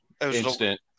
instant